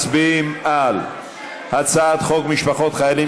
מצביעים על הצעת חוק משפחות חיילים